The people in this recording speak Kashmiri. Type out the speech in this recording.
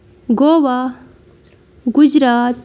گوا گُجرات